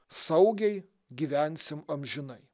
saugiai gyvensim amžinai